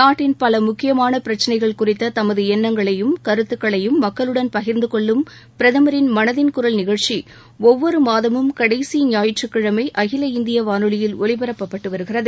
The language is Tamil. நாட்டின் முக்கியமான பிரச்சினைகள் குறித்த தமது எண்ணங்களையும் கருத்துக்களையும் மக்களுடன் பகிர்ந்து கொள்ளும் பிரதமரின் மனதின் குரல் நிகழ்ச்சி ஒவ்வொரு மாதமும் கடைசி ஞாயிற்றுக்கிழமை அகில இந்திய வானொலியில் ஒலிபரப்பப்பட்டு வருகிறது